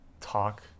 talk